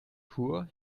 poor